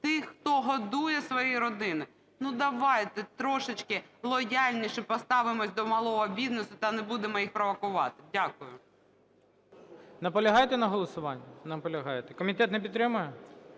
тих, хто годує свої родини. Ну, давайте трошечки лояльніше поставимось до малого бізнесу та не будемо їх провокувати. Дякую. ГОЛОВУЮЧИЙ. Наполягаєте на голосуванні? Наполягаєте. Комітет не підтримує?